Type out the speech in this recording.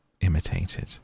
imitated